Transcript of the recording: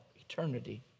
eternity